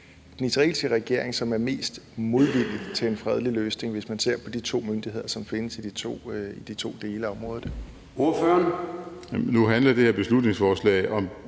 den israelske regering, som er mest modvillige til en fredelig løsning, hvis man ser på de to myndigheder, som findes i de to dele af området? Kl. 20:59 Formanden (Søren Gade):